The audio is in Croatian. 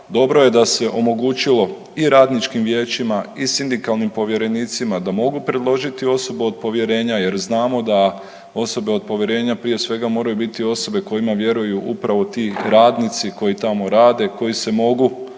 Dobro je da se omogućilo i radničkim vijećima i sindikalnim povjerenicima da mogu predložiti osobu od povjerenja, jer znamo da osobe od povjerenja prije svega moraju biti osobe kojima vjeruju upravo ti radnici koji tamo rade, koji se mogu